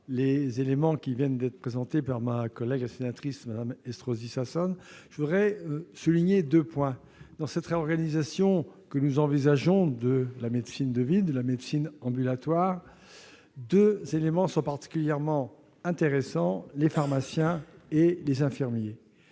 les éléments qui viennent d'être présentés par ma collègue Dominique Estrosi Sassone, me contenant de souligner deux points. Dans cette réorganisation que nous envisageons de la médecine de ville et de la médecine ambulatoire, deux catégories d'acteurs sont particulièrement intéressantes : les pharmaciens et les infirmiers